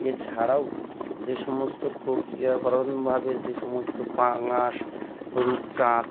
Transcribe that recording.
এছাড়াও যে সমস্ত প্রক্রিয়াকরণভাবে যে সমস্ত পাঙাশ রূপচাঁদ